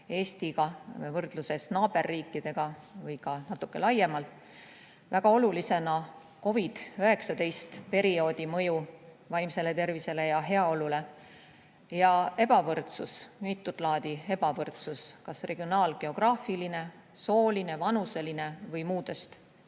Eesti võrdluses naaberriikidega või ka natuke laiemalt. Väga olulised on COVID-19 perioodi mõju vaimsele tervisele ja heaolule ning ebavõrdsus, mitut laadi ebavõrdsus: kas regionaal-geograafiline, sooline, vanuseline või muudest